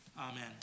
Amen